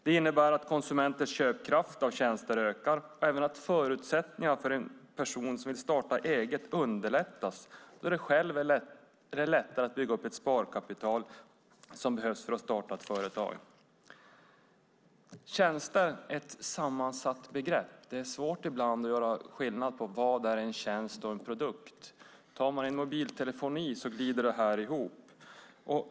Det innebär att konsumenters köpkraft för tjänster ökar och att förutsättningarna för en person som vill starta eget underlättas då det är lättare att bygga upp det sparkapital som behövs för att starta ett företag. Tjänster är ett sammansatt begrepp. Det är ibland svårt att göra skillnad på vad som är en tjänst och vad som är en produkt. Tar man mobiltelefoni glider det här ihop.